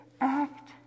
act